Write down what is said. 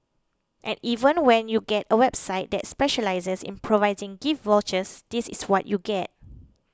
and even when you get a website that specialises in providing gift vouchers this is what you get